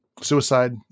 Suicide